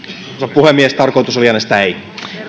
puhemies tarkoitus oli äänestää ei